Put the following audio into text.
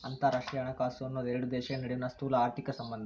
ಅಂತರರಾಷ್ಟ್ರೇಯ ಹಣಕಾಸು ಅನ್ನೋದ್ ಎರಡು ದೇಶಗಳ ನಡುವಿನ್ ಸ್ಥೂಲಆರ್ಥಿಕ ಸಂಬಂಧ